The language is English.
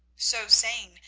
so saying,